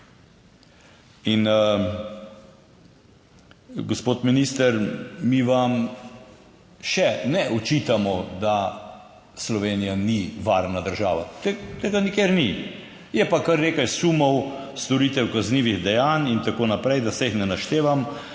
In gospod minister, mi vam še ne očitamo, da Slovenija ni varna država, tega nikjer ni, je pa kar nekaj sumov storitev kaznivih dejanj in tako naprej, da se jih ne naštevam,